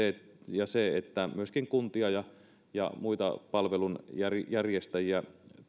se että myöskin kuntia ja muita palvelunjärjestäjiä